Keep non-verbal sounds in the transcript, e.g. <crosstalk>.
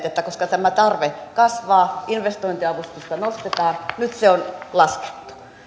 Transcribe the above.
<unintelligible> että koska tämä tarve kasvaa investointiavustusta nostetaan nyt sitä on laskettu